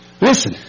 Listen